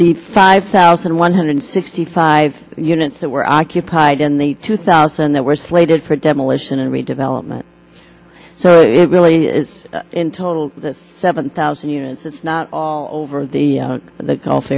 the five thousand one hundred sixty five units that were occupied in the two thousand that were slated for demolition and redevelopment so it really is in total seven thousand units it's not all over the the gulf